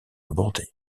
abordé